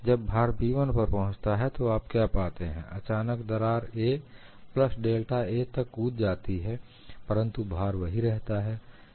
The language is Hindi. जब भार P1 पर पहुंचता है तो आप क्या पाते हैं अचानक दरार 'a प्लस डेल्टा a' तक कूद जाती है परंतु भार वही रहता है